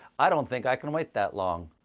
i don't think i can wait that long.